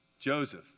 Joseph